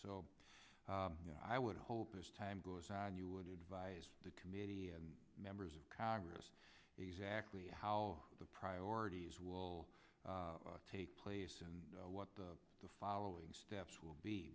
so you know i would hope as time goes on you would advise the committee and members of congress exactly how the priorities will take place and what the the following steps will be